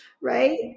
Right